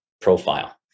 profile